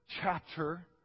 chapter